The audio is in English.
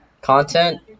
content